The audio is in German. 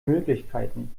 möglichkeiten